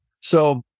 So-